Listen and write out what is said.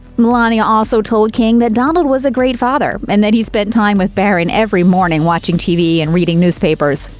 melania also told king that donald was a great father, and that he spent time with barron every morning watching tv and reading newspapers.